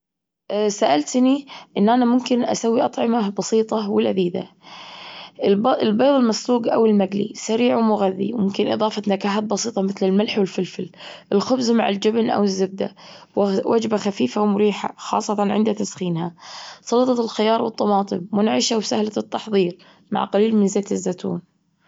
ااه سألتني إن أنا ممكن أسوي أطعمة بسيطة ولذيذة. الب- البيض المسلوج أوالمجلي سريع ومغذي وممكن إضافة نكهات بسيطه مثل الملح والفلفل. الخبز مع الجبن أو الزبدة وجبة خفيفة ومريحة خاصة عند تسخينها. سلطة الخيار والطماطم منعشة وسهلة التحضير مع قليل من زيت الزيتون.